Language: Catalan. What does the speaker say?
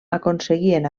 aconseguien